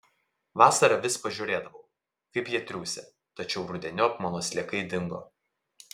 vasarą vis pažiūrėdavau kaip jie triūsia tačiau rudeniop mano sliekai dingo